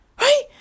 Right